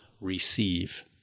receive